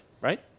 right